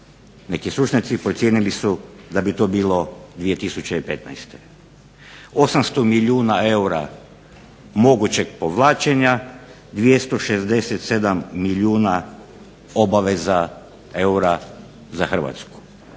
Neki stručnjaci procijenili su da bi to bilo 2015. 800 milijuna eura mogućeg povlačenja, 267 milijuna obaveza eura za Hrvatsku,